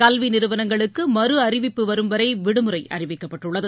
கல்வி நிறுவனங்களுக்கு மறு அறிவிப்பு வரும் வரை விடுமுறை அறிவிக்கப்பட்டுள்ளது